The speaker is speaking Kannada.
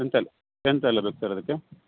ಎಂತಯೆಲ್ಲ ಎಂತಯೆಲ್ಲ ಬೇಕು ಸರ್ ಅದಕ್ಕೆ